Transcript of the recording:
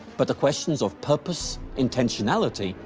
but the questions of purpose, intentionality,